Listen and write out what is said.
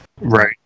Right